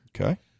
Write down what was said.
Okay